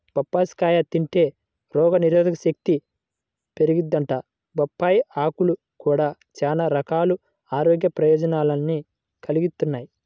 బొప్పాస్కాయ తింటే రోగనిరోధకశక్తి పెరిగిద్దంట, బొప్పాయ్ ఆకులు గూడా చానా రకాల ఆరోగ్య ప్రయోజనాల్ని కలిగిత్తయ్